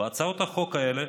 בהצעות החוק האלה,